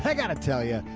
yeah gotta tell ya.